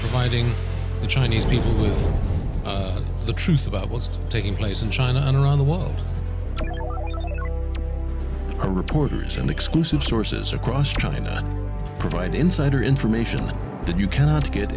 iding the chinese people is the truth about what's taking place in china and around the world are reporters and exclusive sources across china provide insider information that you cannot get